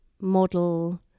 model